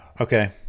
Okay